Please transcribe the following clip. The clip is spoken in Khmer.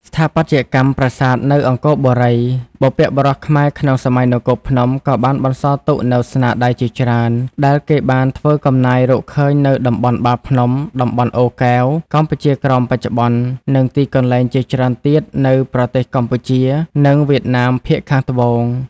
ស្ថាបត្យកម្មប្រាសាទនៅអង្គរបុរី បុព្វបុរសខ្មែរក្នុងសម័យនគរភ្នំក៏បានបន្សល់ទុកនូវស្នាដៃជាច្រើន ដែលគេបានធ្វើកំណាយរកឃើញនៅតំបន់បាភ្នំ តំបន់អូរកែវ កម្ពុជាក្រោមបច្ចុប្បន្ន និងទីកន្លែងជាច្រើនទៀតនៅប្រទេសកម្ពុជា និងវៀតណាមភាគខាងត្បូង។